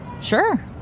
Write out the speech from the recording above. sure